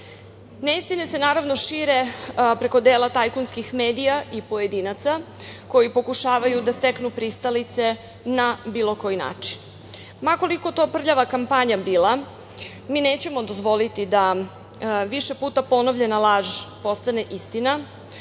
se naravno šire preko dela tajkunskih medija i pojedinaca koji pokušavaju da steknu pristalice na bilo koji način. Ma koliko to prljava kampanja bila mi nećemo dozvoliti da više puta ponovljena laž postane istina.